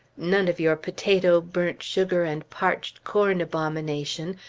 none of your potato, burnt sugar, and parched corn abomination,